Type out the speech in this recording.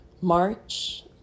March